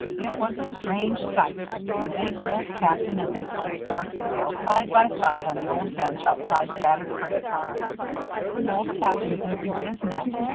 it was a strange sight the big red captain and the slight dark girl, side by side on the old bench outside the battered freight car old captain busy with his net,